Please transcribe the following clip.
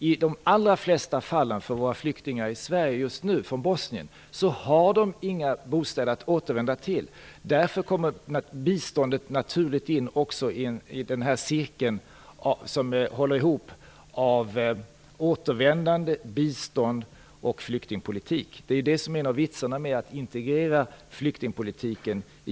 I de allra flesta fall har flyktingar från Bosnien inga bostäder att återvända till. Därför kommer biståndet naturligt in i cirkeln av återvändande-, bistånds och flyktingpolitik. Det är det som är vitsen med att integrera flyktingpolitiken i